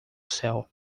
céu